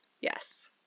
Yes